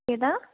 ਇਹਦਾ